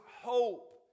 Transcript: hope